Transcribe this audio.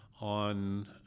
on